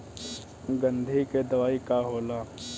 गंधी के दवाई का होला?